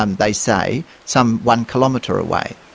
um they say, some one kilometre away,